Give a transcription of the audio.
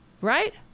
Right